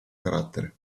carattere